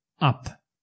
up